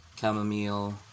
chamomile